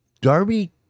darby